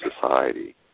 society